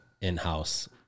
in-house